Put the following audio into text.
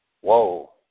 Whoa